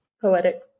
Poetic